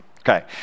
Okay